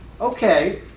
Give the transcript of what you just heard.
Okay